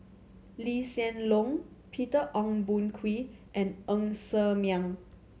Lee Hsien Loong Peter Ong Boon Kwee and Ng Ser Miang